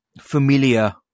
familiar